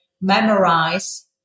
memorize